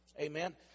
Amen